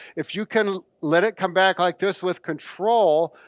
if you can let it come back like this with control.